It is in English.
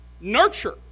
Nurture